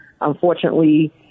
unfortunately